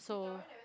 so